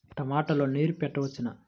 టమాట లో నీరు పెట్టవచ్చునా?